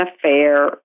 affair